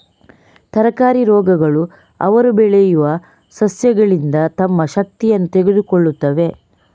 ತರಕಾರಿ ರೋಗಗಳು ಅವರು ಬೆಳೆಯುವ ಸಸ್ಯಗಳಿಂದ ತಮ್ಮ ಶಕ್ತಿಯನ್ನು ತೆಗೆದುಕೊಳ್ಳುತ್ತವೆ